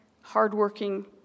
hardworking